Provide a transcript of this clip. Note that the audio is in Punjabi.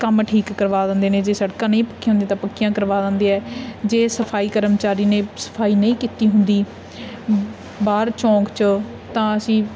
ਕੰਮ ਠੀਕ ਕਰਵਾ ਦਿੰਦੇ ਨੇ ਜੇ ਸੜਕਾਂ ਨਹੀਂ ਪੱਕੀਆਂ ਹੁੰਦੀਆਂ ਤਾਂ ਪੱਕੀਆਂ ਕਰਵਾ ਦਿੰਦੇ ਹੈ ਜੇ ਸਫਾਈ ਕਰਮਚਾਰੀ ਨੇ ਸਫਾਈ ਨਹੀਂ ਕੀਤੀ ਹੁੰਦੀ ਬਾਹਰ ਚੌਂਕ 'ਚ ਤਾਂ ਅਸੀਂ